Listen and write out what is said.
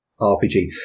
RPG